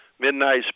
Midnight